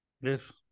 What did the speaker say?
Yes